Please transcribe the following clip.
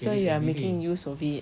so you are making use of it